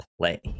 play